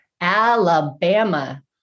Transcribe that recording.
Alabama